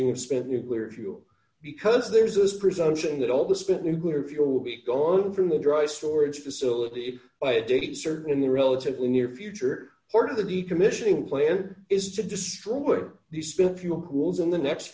of spent nuclear fuel because there's this presumption that all the spent nuclear fuel will be gone from the dry storage facility by a date certain in the relatively near future part of the decommissioning plan is to destroy the spent fuel pools in the next